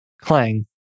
clang